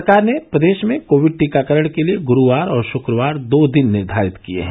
सरकार ने प्रदेश में कोविड टीकाकरण के लिए गुरूवार और शुक्रवार दो दिन निर्घारित किए हैं